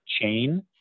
chain